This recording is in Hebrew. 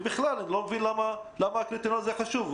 בכלל, אני לא מבין למה הקריטריון הזה חשוב.